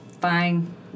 fine